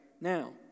now